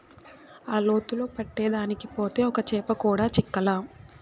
ఆ లోతులో పట్టేదానికి పోతే ఒక్క చేప కూడా చిక్కలా